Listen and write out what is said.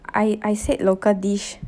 I I said local dish